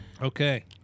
Okay